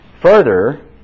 Further